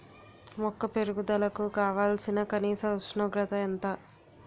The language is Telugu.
మొక్క పెరుగుదలకు కావాల్సిన కనీస ఉష్ణోగ్రత ఎంత?